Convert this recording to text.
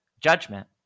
judgment